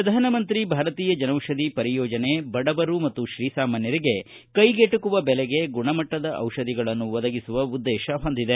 ಪ್ರಧಾನಮಂತ್ರಿ ಭಾರತೀಯ ಜನೌಷಧಿ ಪರಿಯೋಜನೆ ಬಡವರು ಮತ್ತು ಶ್ರೀಸಾಮಾನ್ಗರಿಗೆ ಕ್ಷೆಗೆಟಕುವ ಬೆಲೆಗೆ ಗುಣಮಟ್ಟದ ದಿಷಧಿಗಳನ್ನು ಒದಗಿಸುವ ಉದ್ದೇಶ ಹೊಂದಿದೆ